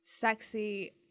Sexy